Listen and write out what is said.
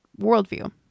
worldview